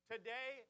Today